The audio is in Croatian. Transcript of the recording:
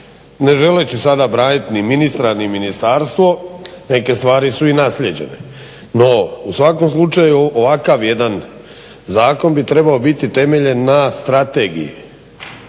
ne želeći sada braniti ni ministra ni ministarstvo. Neke stvari su i naslijeđene. No u svakom slučaju ovakav jedan zakon bi trebao biti temeljen na strategiji